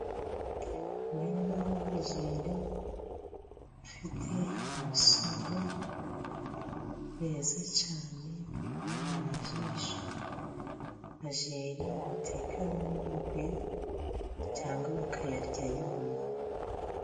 Umurima w' amajeri afite imisogwe, meza cyane aboneye ijisho. Amajeri bateka ari urunyogwe cyangwa bakayarya yumye.